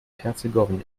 herzegowina